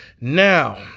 Now